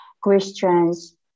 Christians